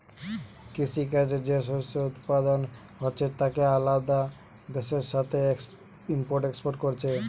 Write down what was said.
কৃষি কাজে যে শস্য উৎপাদন হচ্ছে তাকে আলাদা দেশের সাথে ইম্পোর্ট এক্সপোর্ট কোরছে